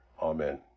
Amen